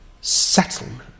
settlement